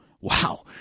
wow